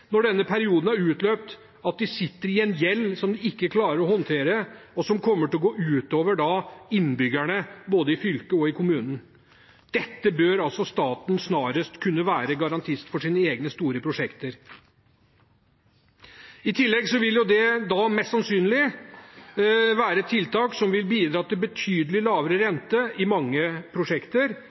når denne perioden er utløpt, at de sitter med en gjeld som de ikke klarer å håndtere, og som kommer til å gå ut over innbyggerne både i fylket og i kommunen. Staten bør snarest kunne være garantist for sine egne store prosjekter. I tillegg vil det mest sannsynlig være tiltak som vil bidra til betydelig lavere rente i mange prosjekter.